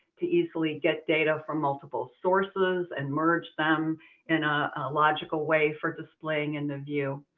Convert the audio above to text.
to easily get data from multiple sources and merge them in a logical way for displaying in the view.